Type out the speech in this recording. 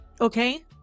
okay